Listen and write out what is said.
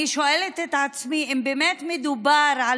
אני שואלת את עצמי: אם באמת מדובר על